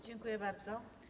Dziękuję bardzo.